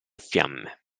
fiamme